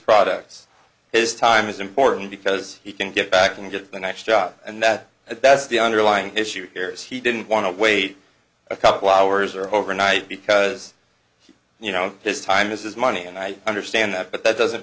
products his time is important because he can get back and get the next job and that that's the underlying issue here is he didn't want to wait a couple hours or overnight because you know his time is money and i understand that but that doesn't